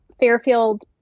Fairfield